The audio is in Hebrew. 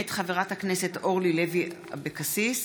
מאת חברת הכנסת אורלי לוי אבקסיס,